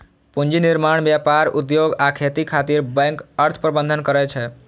पूंजी निर्माण, व्यापार, उद्योग आ खेती खातिर बैंक अर्थ प्रबंधन करै छै